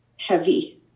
heavy